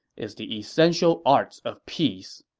is the essential arts of peace.